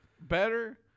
better